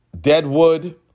Deadwood